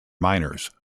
minors